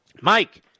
Mike